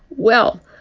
well,